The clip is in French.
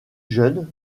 jeune